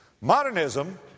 Modernism